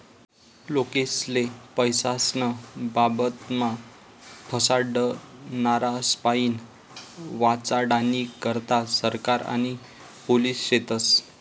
लोकेस्ले पैसास्नं बाबतमा फसाडनारास्पाईन वाचाडानी करता सरकार आणि पोलिस शेतस